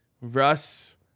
Russ